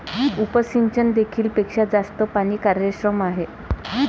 उपसिंचन देखील पेक्षा जास्त पाणी कार्यक्षम आहे